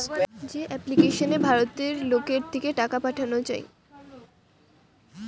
যে এপ্লিকেশনে ভারতের লোকের থিকে টাকা পাঠানা যায়